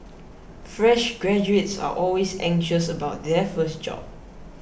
fresh graduates are always anxious about their first job